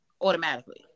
automatically